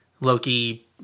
Loki